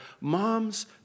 moms